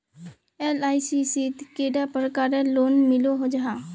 LIC शित कैडा प्रकारेर लोन मिलोहो जाहा?